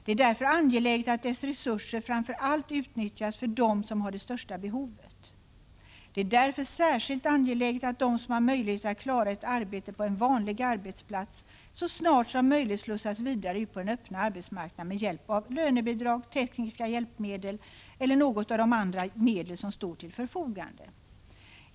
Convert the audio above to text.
Det är därför angeläget att dess resurser framför allt utnyttjas för dem som har det största behovet. Det är därför särskilt angeläget att de som har möjligheter att klara ett arbete på en vanlig arbetsplats så snart som möjligt slussas vidare ut på den öppna arbetsmarknaden med hjälp av lönebidrag, tekniska hjälpmedel eller något av de andra medel som står till förfogande.